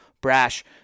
brash